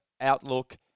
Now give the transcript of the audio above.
outlook